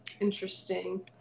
interesting